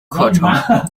课程